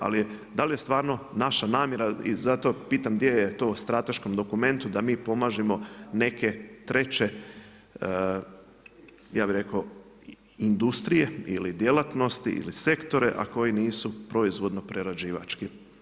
Ali da li je stvarno naša namjera i zato pitam gdje je to u strateškom dokumentu da mi pomažemo neke treće ja bih rekao industrije ili djelatnosti ili sektore a koji nisu proizvodno prerađivački.